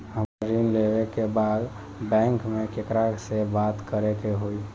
हमरा ऋण लेवे के बा बैंक में केकरा से बात करे के होई?